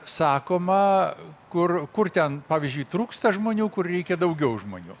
sakoma kur kur ten pavyzdžiui trūksta žmonių kur reikia daugiau žmonių